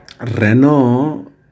Renault